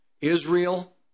Israel